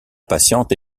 patiente